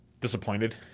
disappointed